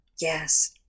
yes